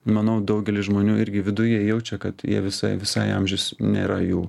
manau daugelis žmonių irgi viduj jie jaučia kad jie visai visai amžius nėra jų